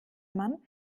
man